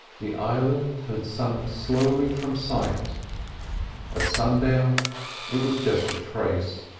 the island had sunk slowly from sight at sundown it was just a trace,